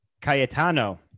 Cayetano